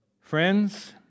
Friends